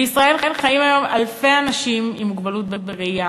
בישראל חיים היום עשרות-אלפי אנשים עם מוגבלות בראייה,